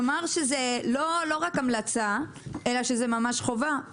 כלומר, לא רק המלצה, אלא שזה ממש חובה.